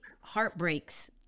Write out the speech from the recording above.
heartbreaks